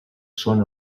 són